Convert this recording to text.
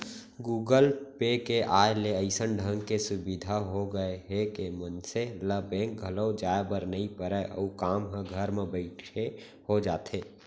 Google Pay के आय ले अइसन ढंग के सुभीता हो गए हे के मनसे ल बेंक घलौ जाए बर नइ परय अउ काम ह घर बइठे हो जाथे